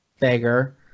beggar